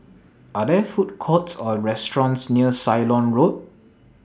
Are There Food Courts Or restaurants near Ceylon Road